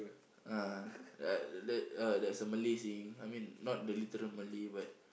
uh uh there uh there's a Malay saying I mean not the literal Malay but